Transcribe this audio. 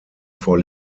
for